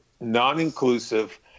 non-inclusive